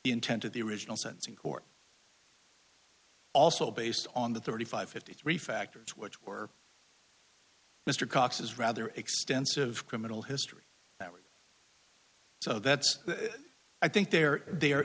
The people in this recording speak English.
intent of the original sentence in court also based on the thirty five fifty three factors which were mr cox is rather extensive criminal history so that's i think they're they